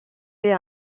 fait